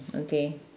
okay